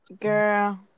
Girl